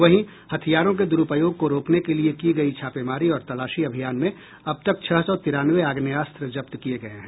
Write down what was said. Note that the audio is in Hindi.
वहीं हथियारों के दुरूपयोग को रोकने के लिए की गयी छापेमारी और तलाशी अभियान में अब तक छह सौ तिरानवे आग्नेयास्त्र जब्त किये गये हैं